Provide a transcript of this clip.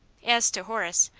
as to horace,